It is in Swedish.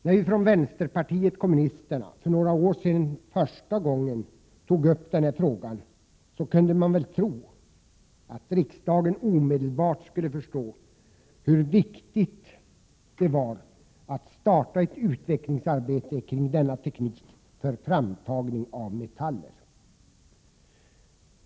När vi från vänsterpartiet kommunisterna för några år sedan första gången tog upp den här frågan kunde man väl tro, att riksdagen omedelbart skulle förstå hur viktigt det var att starta ett utvecklingsarbete kring denna teknik för framtagning av metaller.